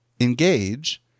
engage